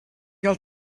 gael